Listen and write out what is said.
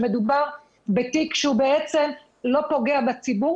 שמדובר בתיק שהוא בעצם לא פוגע בציבור,